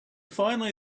finally